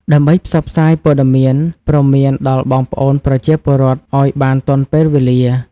ដើម្បីផ្សព្វផ្សាយព័ត៌មានព្រមានដល់បងប្អូនប្រជាពលរដ្ឋឱ្យបានទាន់ពេលវេលា។